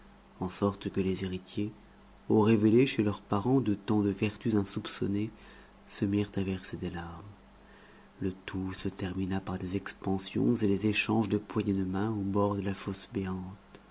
en sorte que les héritiers au révélé chez leur parent de tant de vertus insoupçonnées se mirent à verser des larmes le tout se termina par des expansions et des échanges de poignées de main au bord de la fosse béante